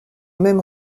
même